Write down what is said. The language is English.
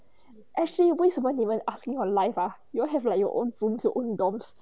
actually 为什么你们 asking for live ah you all have like your phones your own domes